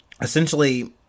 essentially